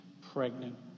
pregnant